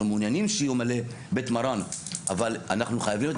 אנחנו מעוניינים שיהיו מלא בית מרן אבל אנחנו חייבים להיות